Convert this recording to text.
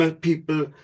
people